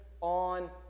on